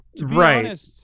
Right